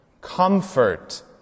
Comfort